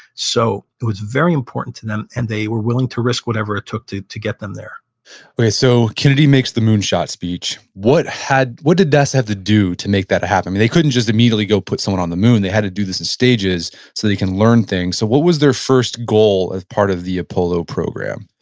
so it was very important to them and they were willing to risk whatever it took to to get them there okay, so kennedy makes the moonshot speech. what had, what did nasa have to do to make that happen? i mean, they couldn't just immediately go put someone on the moon. they had to do this in stages so they can learn things. so what was their first goal as part of the apollo program?